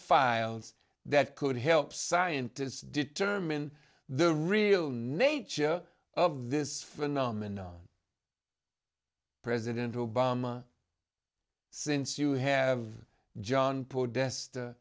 files that could help scientists determine the real nature of this phenomenon president obama since you have john